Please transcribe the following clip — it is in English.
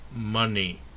money